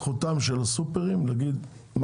זכותם של הסופרים להגיד,